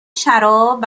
شراب